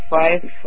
Five